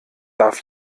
darf